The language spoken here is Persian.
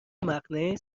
مقنعه